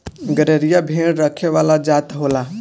गरेरिया भेड़ रखे वाला जात होला